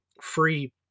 free